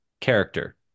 character